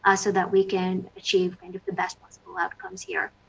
ah so that we can achieve kind of the best possible outcomes here.